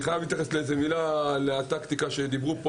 אני חייב להתייחס לטקטיקה שעלתה פה,